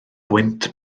gwynt